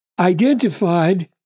identified